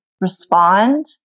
respond